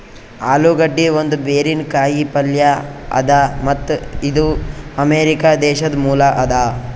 ಆಲೂಗಡ್ಡಿ ಒಂದ್ ಬೇರಿನ ಕಾಯಿ ಪಲ್ಯ ಅದಾ ಮತ್ತ್ ಇದು ಅಮೆರಿಕಾ ದೇಶದ್ ಮೂಲ ಅದಾ